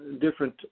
different